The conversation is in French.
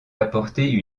apporter